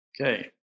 Okay